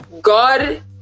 God